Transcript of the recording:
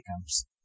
comes